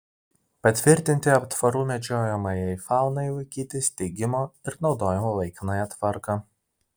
patvirtinti aptvarų medžiojamajai faunai laikyti steigimo ir naudojimo laikinąją tvarką